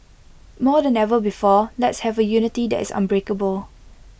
more than the ever before let's have A unity that is unbreakable